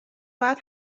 باید